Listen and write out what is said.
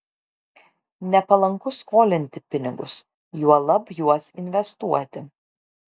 nepalanku skolinti pinigus juolab juos investuoti